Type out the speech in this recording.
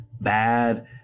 bad